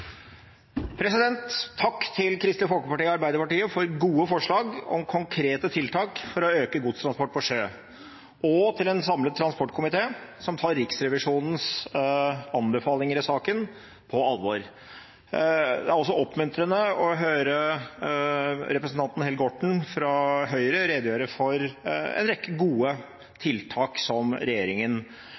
Takk til Kristelig Folkeparti og Arbeiderpartiet for gode forslag om konkrete tiltak for å øke godstransport på sjø og til en samlet transport- og kommunikasjonskomité, som tar Riksrevisjonens anbefalinger i saken på alvor. Det er også oppmuntrende å høre representanten Helge Orten fra Høyre redegjøre for en rekke gode tiltak som regjeringen